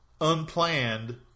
unplanned